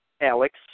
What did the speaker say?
Alex